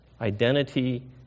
identity